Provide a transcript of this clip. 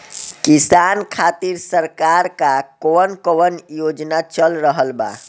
किसान खातिर सरकार क कवन कवन योजना चल रहल बा?